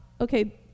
okay